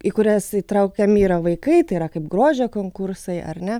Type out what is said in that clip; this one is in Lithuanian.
į kurias įtraukiami yra vaikai tai yra kaip grožio konkursai ar ne